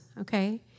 okay